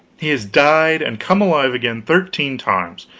he has died and come alive again thirteen times,